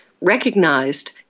recognized